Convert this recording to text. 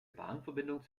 bahnverbindung